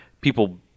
people